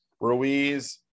Ruiz